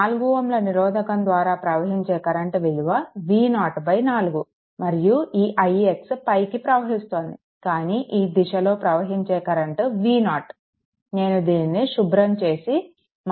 4 Ω నిరోధకం ద్వారా ప్రవహించే కరెంట్ విలువ V0 4 మరియు ఈ ix పైకి ప్రవహిస్తోంది కానీ ఈ దిశలో ప్రవహించే కరెంట్ V0 నేను దీనిని శుభ్రం చేసి మళ్ళీ గీస్తాను